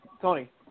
Tony